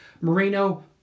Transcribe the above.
Moreno